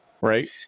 Right